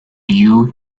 you